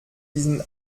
diesen